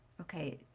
okay.